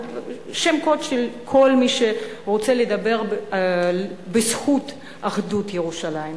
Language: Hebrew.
הוא שם קוד לכל מי שרוצה לדבר בזכות אחדות ירושלים.